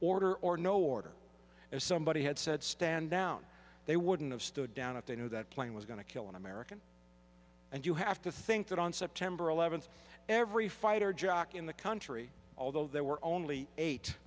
order or no order as somebody had said stand down they wouldn't have stood down if they knew that plane was going to kill an american and you have to think that on september eleventh every fighter jock in the country although there were only eight